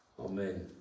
Amen